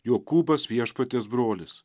jokūbas viešpaties brolis